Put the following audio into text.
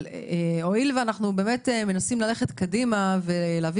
אבל הואיל ואנחנו מנסים ללכת קדימה ולהביא